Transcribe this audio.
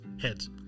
Heads